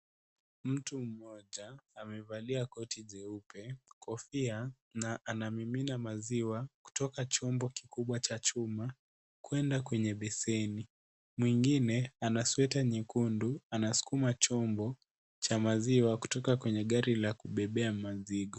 Mtu mmoja amevalia koti jeupe, Kofia na anamimina maziwa kutoka chombo kikubwa cha chuma kuende kwenye beseni , mwingine ana sweta nyekundu anaskuma chombo cha maziwa kutoka Kwenye gari la kubebea maziwa.